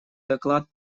доклад